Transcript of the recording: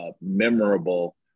memorable